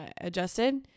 adjusted